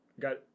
Got